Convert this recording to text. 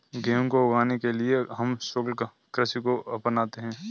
गेहूं को उगाने के लिए हम शुष्क कृषि को अपनाते हैं